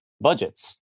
budgets